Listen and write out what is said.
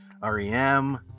REM